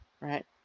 Right